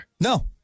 No